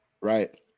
Right